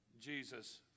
Jesus